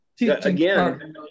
again